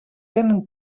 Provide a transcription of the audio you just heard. tenen